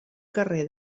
carrer